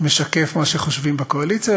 מה שחושבים בקואליציה,